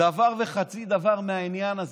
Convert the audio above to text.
דבר וחצי דבר מהעניין הזה.